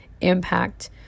impact